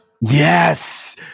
Yes